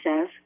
says